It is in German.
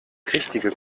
richtige